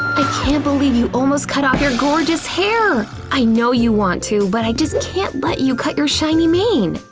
i can't believe you almost cut off your gorgeous hair! i know you want to, but i just can't let you cut your shiny mane!